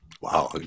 Wow